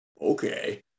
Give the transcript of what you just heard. okay